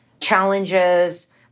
challenges